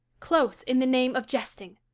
close, in the name of jesting!